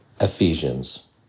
Ephesians